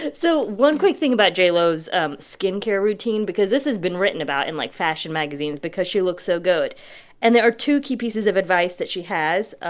and so one quick thing about j-lo's skin care routine because this has been written about in, like, fashion magazines because she looks so good and there are two key pieces of advice that she has. ah